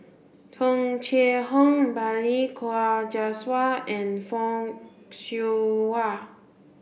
Tung Chye Hong Balli Kaur Jaswal and Fock Siew Wah